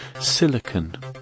Silicon